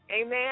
amen